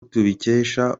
tubikesha